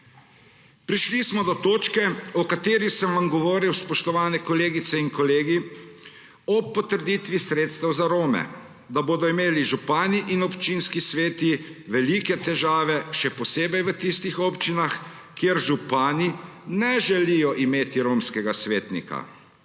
Prišli smo do točke, o kateri sem vam govoril, spoštovane kolegice in kolegi, ob potrditvi sredstev za Rome – da bodo imeli župani in občinski sveti velike težave še posebej v tistih občinah, kjer župani ne želijo imeti romskega svetnika.